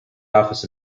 office